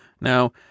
Now